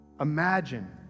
Imagine